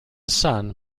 son